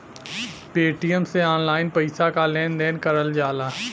Paytm से online पइसा क लेन देन करल जाला